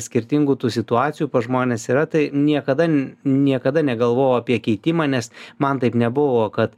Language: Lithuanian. skirtingų tų situacijų pas žmones yra tai niekada niekada negalvojau apie keitimą nes man taip nebuvo kad